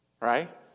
right